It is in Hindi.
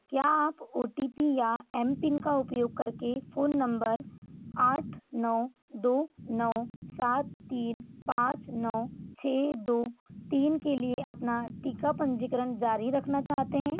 क्या आप ओ टी पी या एम पिन का उपयोग करके फ़ोन नंबर आठ नौ दो नौ सात तीन पाँच नौ छः दो तीन के लिए अपना टीका पंजीकरण जारी रखना चाहते हैं